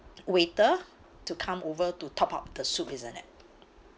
waiter to come over to top up the soup isn't it